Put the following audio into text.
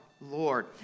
Lord